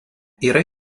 yra